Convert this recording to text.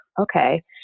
okay